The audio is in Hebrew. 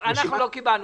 לא קיבלנו.